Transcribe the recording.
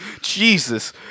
Jesus